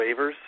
waivers